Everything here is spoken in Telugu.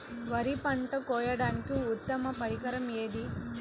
వరి పంట కోయడానికి ఉత్తమ పరికరం ఏది?